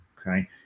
okay